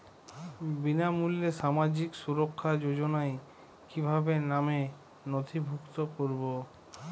বিনামূল্যে সামাজিক সুরক্ষা যোজনায় কিভাবে নামে নথিভুক্ত করবো?